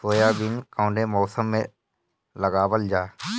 Soybean कौने मौसम में लगावल जा?